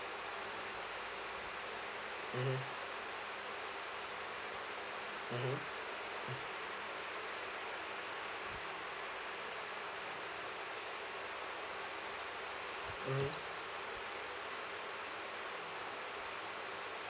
mmhmm mmhmm mmhmm